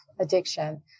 addiction